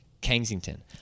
Kensington